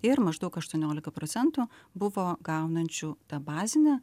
ir maždaug aštuoniolika procentų buvo gaunančių tą bazinę